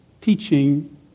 teaching